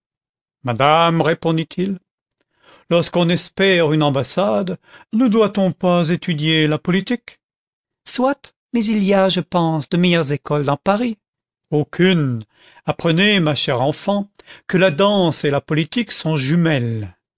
madame répondit-il lorsqu'on espère une ambassade ne doit-on pas étudier la politique soit mais il y a je pense de meilleures écoles dans paris aucune apprenez ma chère enfant que la danse et la politique sont jumelles